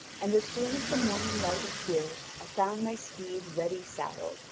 and as soon as the morning light appeared, i found my steed ready saddled,